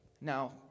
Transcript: now